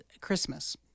Christmas